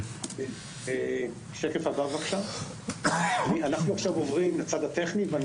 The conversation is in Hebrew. אנחנו עוברים עכשיו לצד הטכני ואני